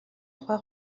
тухай